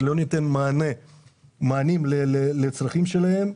ולא ניתן מענים לצרכים שלהם,